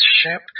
ship